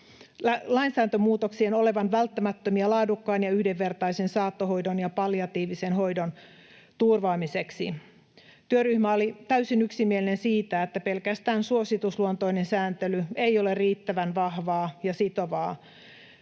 lainsäädäntömuutoksien olevan välttämättömiä laadukkaan ja yhdenvertaisen saattohoidon ja palliatiivisen hoidon turvaamiseksi. Työryhmä oli täysin yksimielinen siitä, että pelkästään suositusluontoinen sääntely ei ole riittävän vahvaa ja sitovaa.